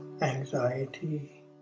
anxiety